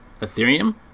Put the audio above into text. Ethereum